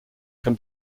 can